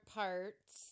parts